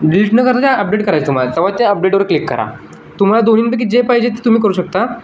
डिलीटनं करायचं तुम्हाला तेव्हा ते अपडेटवर क्लिक करा तुम्हाला दोन्हींपैकी जे पाहिजे ते तुम्ही करू शकता